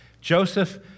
Joseph